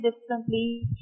differently